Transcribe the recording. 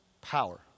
power